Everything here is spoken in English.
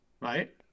right